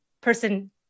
person